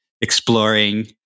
exploring